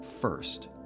First